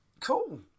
Cool